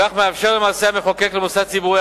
כך מאפשר למעשה המחוקק למוסד ציבורי